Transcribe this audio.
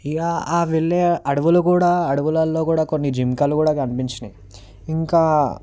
ఇక ఆ వెళ్ళే అడవులు కూడా అడవులలో కూడా కొన్ని జింకలు కూడా కనిపించాయి ఇంకా